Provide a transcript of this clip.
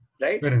Right